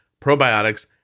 probiotics